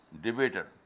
debater